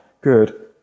good